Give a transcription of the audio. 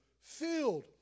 filled